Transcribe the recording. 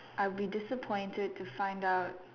I'll be disappointed to find out